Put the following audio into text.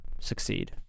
succeed